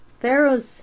Pharaoh's